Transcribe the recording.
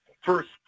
first